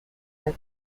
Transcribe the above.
کند